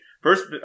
First